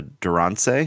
Durance